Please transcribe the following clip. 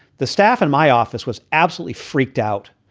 the staff in my office was absolutely freaked out.